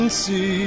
see